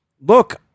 look